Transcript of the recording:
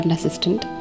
assistant